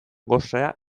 gosea